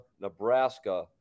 Nebraska